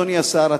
אדוני השר,